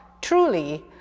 Truly